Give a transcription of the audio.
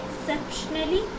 exceptionally